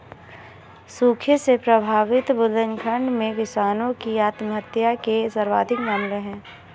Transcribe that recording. सूखे से प्रभावित बुंदेलखंड में किसानों की आत्महत्या के सर्वाधिक मामले है